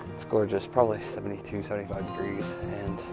it's gorgeous, probably seventy two, seventy five degrees, and